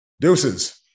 Deuces